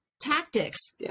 tactics